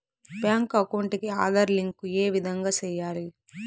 Bank account కి Aadhaar link ఏ విధంగా సెయ్యాలి?